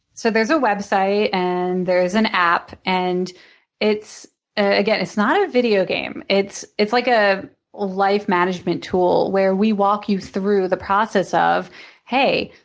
so there's a website and there is an app. and again, it's not a video game. it's it's like a life management tool where we walk you through the process of hey,